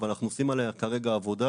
אבל אנחנו עושים עליה כרגע עבודה